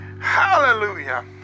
Hallelujah